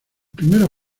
primeros